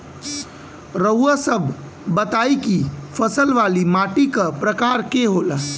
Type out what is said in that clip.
रउआ सब बताई कि फसल वाली माटी क प्रकार के होला?